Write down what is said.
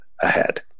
ahead